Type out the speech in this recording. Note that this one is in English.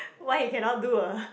why he cannot do a